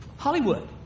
Hollywood